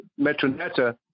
metroneta